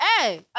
Hey